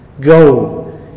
go